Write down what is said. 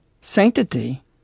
sanctity